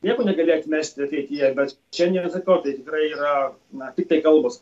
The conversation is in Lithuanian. nieko negali atmesti ateityje bet šiandien atsakau tai tikrai yra na tiktai kalbos